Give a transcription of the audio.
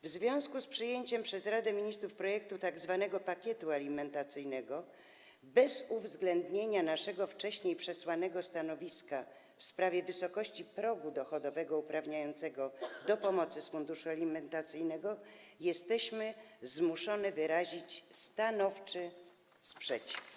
W związku z przyjęciem przez Radę Ministrów tzw. pakietu alimentacyjnego bez uwzględnienia naszego wcześniej przesłanego stanowiska w sprawie wysokości progu dochodowego uprawniającego do pomocy z funduszu alimentacyjnego jesteśmy zmuszone wyrazić stanowczy sprzeciw.